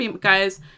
guys